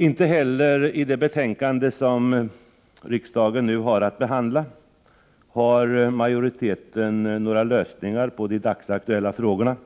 Inte heller i det betänkande som riksdagen nu har att behandla har majoriteten några lösningar på de dagsaktuella frågorna.